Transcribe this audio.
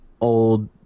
old